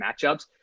matchups